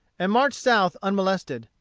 and marched south unmolested,